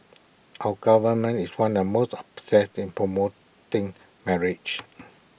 our government is one the most obsessed in promoting marriage